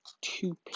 two